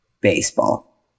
baseball